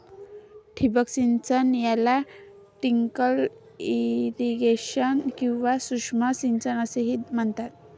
ठिबक सिंचन याला ट्रिकल इरिगेशन किंवा सूक्ष्म सिंचन असेही म्हणतात